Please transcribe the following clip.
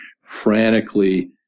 frantically